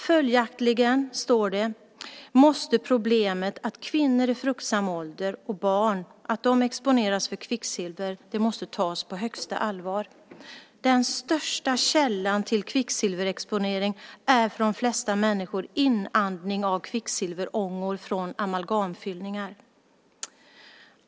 Följaktligen, står det, måste problemet att kvinnor i fruktsam ålder och barn exponeras för kvicksilver tas på största allvar. Den största källan till kvicksilverexponering är för de flesta människor inandning av kvicksilverångor från amalgamfyllningar.